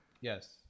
Yes